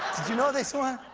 do you know this one?